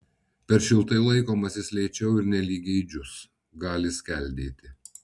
per šiltai laikomas jis lėčiau ir nelygiai džius gali skeldėti